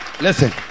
Listen